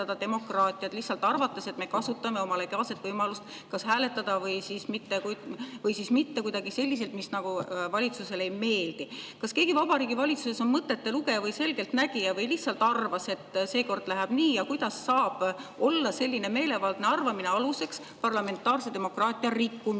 demokraatiat, lihtsalt arvates, et me kasutame oma legitiimset võimalust hääletada või siis mitte [hääletada] kuidagi selliselt, mis valitsusele ei meeldi. Kas keegi Vabariigi Valitsuses on mõtetelugeja või selgeltnägija või lihtsalt arvas, et seekord läheb nii? Ja kuidas saab olla selline meelevaldne arvamine aluseks parlamentaarse demokraatia rikkumisele